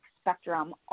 spectrum